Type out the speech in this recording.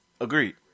Agreed